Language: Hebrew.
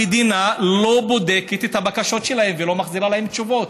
המדינה לא בודקת את הבקשות שלהם ולא מחזירה להם תשובות.